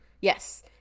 Yes